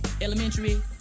Elementary